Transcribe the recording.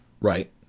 Right